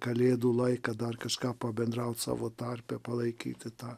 kalėdų laiką dar kažką pabendraut savo tarpe palaikyti tą